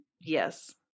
yes